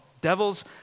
devils